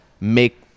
make